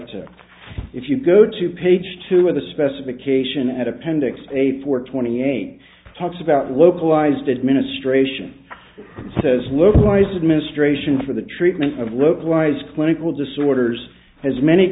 to if you go to page two of the specification at appendix eight hundred twenty eight talks about localized administration says localized administration for the treatment of localized clinical disorders has many